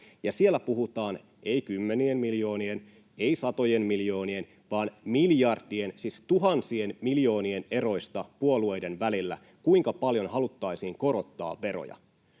Siellä puhutaan ei kymmenien miljoonien, ei satojen miljoonien, vaan miljardien, siis tuhansien miljoonien eroista puolueiden välillä, kuinka paljon haluttaisiin korottaa veroja.